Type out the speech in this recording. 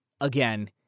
again